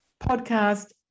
podcast